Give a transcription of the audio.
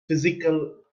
physical